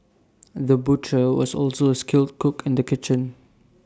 the butcher was also A skilled cook in the kitchen